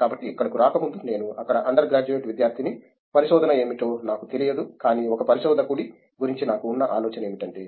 కాబట్టి ఇక్కడకు రాకముందు నేను అక్కడ అండర్ గ్రాడ్యుయేట్ విద్యార్థిని పరిశోధన ఏమిటో నాకు తెలియదు కానీ ఒక పరిశోధకుడి గురించి నాకు ఉన్న ఆలోచన ఏమిటంటే